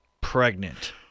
pregnant